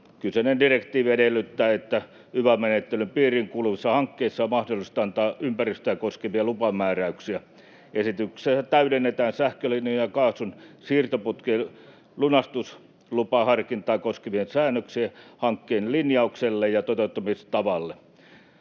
Kyseinen direktiivi edellyttää, että yva-menettelyn piiriin kuuluvissa hankkeissa on mahdollista antaa ympäristöä koskevia lupamääräyksiä. Esityksessä täydennetään sähkölinjojen ja kaasun siirtoputkien lunastuslupaharkintaa koskevia säännöksiä hankkeen linjaukselle ja toteuttamistavalle.